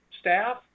staff